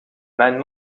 mijn